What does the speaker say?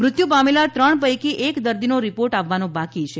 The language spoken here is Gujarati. મૃત્યુ પામેલા ત્રણ પૈકી એક દર્દીનો રીપોર્ટ આવવાનો બાકી છે